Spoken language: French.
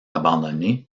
abandonnées